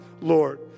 Lord